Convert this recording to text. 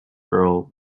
girl